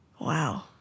Wow